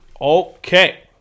Okay